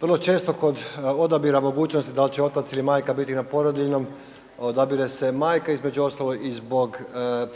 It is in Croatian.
vrlo često kod odabira mogućnosti da li će otac ili majka biti na porodiljnom odabire se majka između ostalog i zbog